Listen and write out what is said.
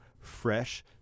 fresh